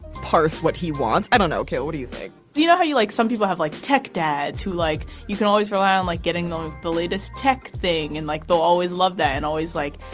pass what he wants. i don't know. ok. what do you think? do you know how you like some people have, like, tech dads who, like you can always rely on like getting on the latest tech thing and like, they'll always love that and always like,